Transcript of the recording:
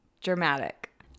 dramatic